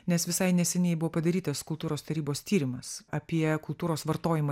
nes visai neseniai buvo padarytas kultūros tarybos tyrimas apie kultūros vartojimą